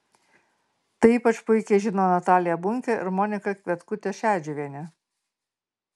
tai ypač puikiai žino natalija bunkė ir monika kvietkutė šedžiuvienė